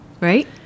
right